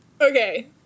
Okay